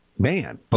Man